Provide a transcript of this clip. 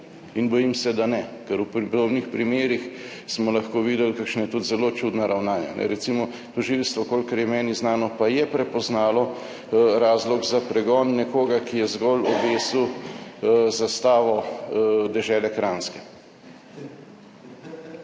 Bojim se, da ne, ker v podobnih primerih smo lahko videli kakšna tudi zelo čudna ravnanja. Recimo tožilstvo, kolikor je meni znano, pa je prepoznalo razlog za pregon nekoga, ki je zgolj obesil zastavo dežele Kranjske.